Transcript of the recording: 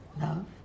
Love